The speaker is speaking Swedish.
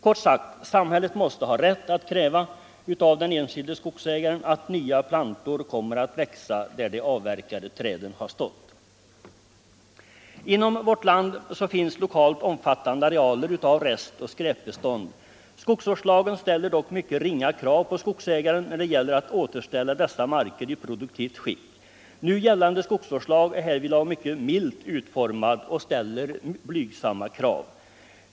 Samhället måste kort sagt ha rätt att kräva av den enskilde skogsägaren att nya plantor kommer att växa där de avverkade träden stått. Inom vårt land finns lokalt omfattande arealer av resteller skräpbestånd. Skogsvårdslagen ställer dock mycket ringa krav på skogsägaren när det gäller att återställa dessa marker i produktivt skick. Nu gällande skogsvårdslag är härvidlag mycket milt utformad och ställer blygsamma krav.